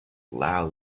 loud